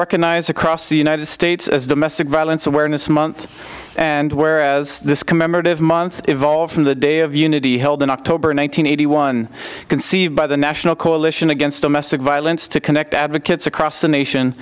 recognize across the united states as domestic violence awareness month and whereas this commemorative month evolved from the day of unity held in october one thousand nine hundred one conceived by the national coalition against domestic violence to connect advocates across the nation